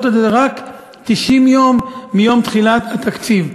את זה רק 90 יום מיום תחילת התקציב.